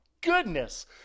goodness